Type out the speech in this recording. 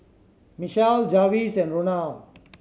Michell Jarvis and Ronald